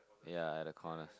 ya at the corner